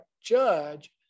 judge